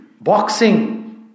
boxing